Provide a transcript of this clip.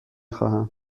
خواهم